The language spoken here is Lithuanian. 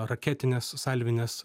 raketines salvines